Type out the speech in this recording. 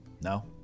No